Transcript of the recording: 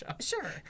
sure